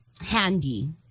handy